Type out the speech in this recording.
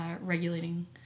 regulating